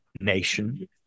nation